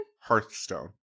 Hearthstone